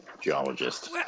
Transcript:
geologist